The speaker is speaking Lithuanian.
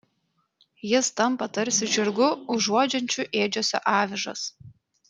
jis tampa tarsi žirgu užuodžiančiu ėdžiose avižas